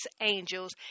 angels